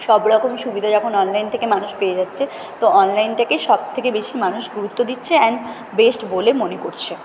সব রকম সুবিধা যখন অনলাইন থেকে মানুষ পেয়ে যাচ্ছে তো অনলাইনটাকেই সব থেকে বেশি মানুষ গুরুত্ব দিচ্ছে অ্যান্ড বেস্ট বলে মনে করছে